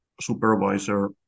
supervisor